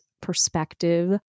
perspective